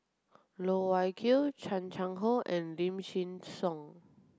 Loh Wai Kiew Chan Chang How and Lim Chin Siong